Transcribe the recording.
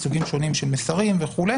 סוגים שונים של מסרים וכו',